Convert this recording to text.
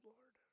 Lord